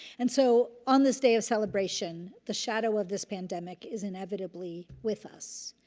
and so on this day of celebration, the shadow of this pandemic is inevitably with us.